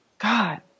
God